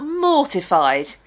mortified